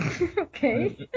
Okay